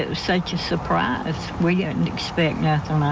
ah such a surprise, we didn't and expect nothing